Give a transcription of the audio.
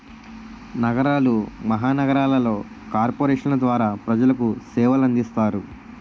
నగరాలు మహానగరాలలో కార్పొరేషన్ల ద్వారా ప్రజలకు సేవలు అందిస్తారు